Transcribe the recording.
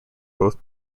both